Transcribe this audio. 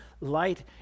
light